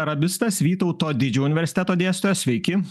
arabistas vytauto didžiojo universiteto dėstytojas sveiki